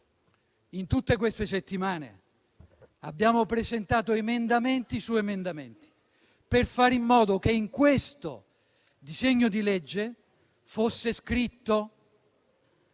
in tutte queste settimane abbiamo presentato emendamenti su emendamenti per fare in modo che in questo disegno di legge fosse scritto